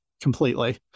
completely